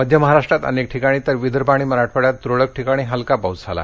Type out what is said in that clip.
मध्य महाराष्ट्रात अनेक ठिकाणी तर विदर्भ आणि मराठवाङ्यात तूरळक ठिकाणी हलका पाऊस झाला